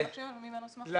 אני